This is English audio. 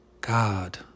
God